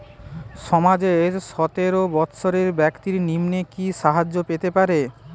সমাজের সতেরো বৎসরের ব্যাক্তির নিম্নে কি সাহায্য পেতে পারে?